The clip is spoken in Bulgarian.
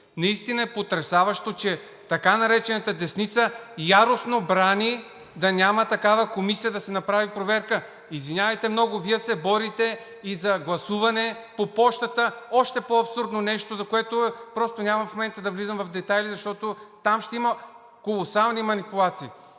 Наистина е потресаващо, че така наречената „десница“ яростно брани да няма такава комисия, за да се направи проверка. Извинявайте много, Вие се борите и за гласуване по пощата – още по-абсурдно нещо, за което в момента просто няма да влизам в детайли, защото там ще има колосални манипулации.